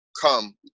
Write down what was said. come